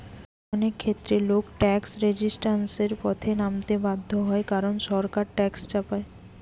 অনেক ক্ষেত্রে লোক ট্যাক্স রেজিস্ট্যান্সের পথে নামতে বাধ্য হয় কারণ সরকার ট্যাক্স চাপায়